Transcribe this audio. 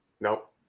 Nope